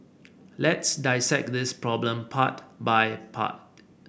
let's dissect this problem part by part